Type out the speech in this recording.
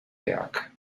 werk